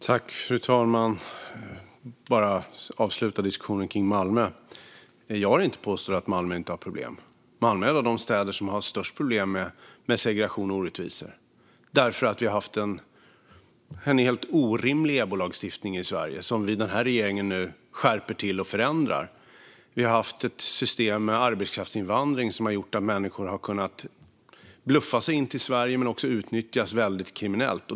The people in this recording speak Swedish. Fru talman! Bara för att avsluta diskussionen om Malmö - jag har inte påstått att Malmö inte har problem. Malmö är en av de städer som har störst problem med segregation och orättvisa därför att vi har haft en helt orimlig EBO-lagstiftning i Sverige, som den här regeringen nu skärper till och förändrar. Vi har haft ett system med arbetskraftsinvandring som har gjort att människor har kunnat bluffa sig in i Sverige men också att människor har utnyttjats kriminellt.